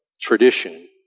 tradition